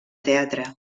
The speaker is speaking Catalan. teatre